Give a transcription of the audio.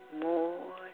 more